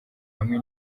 hamwe